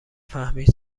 فهمید